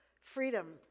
freedom